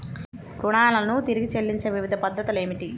రుణాలను తిరిగి చెల్లించే వివిధ పద్ధతులు ఏమిటి?